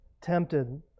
tempted